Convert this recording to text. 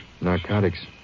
Narcotics